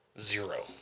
Zero